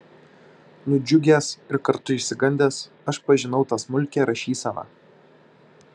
nudžiugęs ir kartu išsigandęs aš pažinau tą smulkią rašyseną